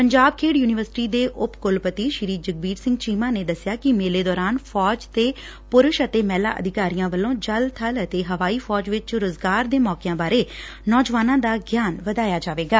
ਪੰਜਾਬ ਖੇਡ ਯੁਨੀਵਰਸਿਟੀ ਦੇ ਉਪ ਕੁਲਪਤੀ ਸ੍ਰੀ ਜਗਬੀਰ ਸਿੰਘ ਚੀਮਾ ਨੇ ਦਸਿਆ ਕਿ ਮੇਲੇ ਦੌਰਾਨ ਫੌਜ ਦੇ ਪੁਰਸ਼ ਤੇ ਮਹਿਲਾ ਅਧਿਕਾਰੀਆਂ ਵੱਲੋਂ ਜਲ ਬਲ ਅਤੇ ਹਵਾਈ ਫੌਜ ਵਿਚ ਰੁਜ਼ਗਾਰ ਦੇ ਮੌਕਿਆਂ ਬਾਰੇ ਨੌਜਵਾਨਾਂ ਦਾ ਗਿਆਨ ਵਧਾਇਆ ਜਾਵੇਗਾ